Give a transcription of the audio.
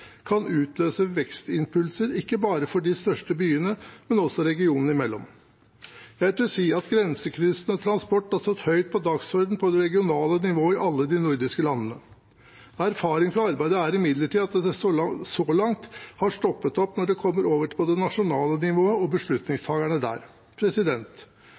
kan utløse vekstimpulser ikke bare for de største byene, men også regionene imellom. Jeg tør si at grensekryssende transport har stått høyt på dagsordenen på det regionale nivået i alle de nordiske landene. Erfaringen fra arbeidet er imidlertid at det så langt har stoppet opp når det kommer over på det nasjonale nivået og beslutningstakerne der.